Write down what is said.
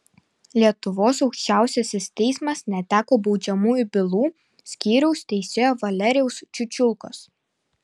lietuvos aukščiausiasis teismas neteko baudžiamųjų bylų skyriaus teisėjo valerijaus čiučiulkos